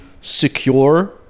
secure